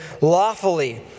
lawfully